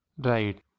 right